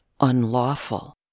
unlawful